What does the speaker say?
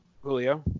Julio